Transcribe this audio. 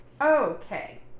Okay